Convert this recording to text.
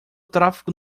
tráfego